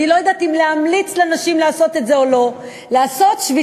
אני לא יודעת אם להמליץ לנשים לעשות את זה או לא,